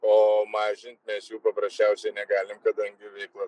o mažint mes jų paprasčiausiai negalim kadangi veikla